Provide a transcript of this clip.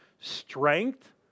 strength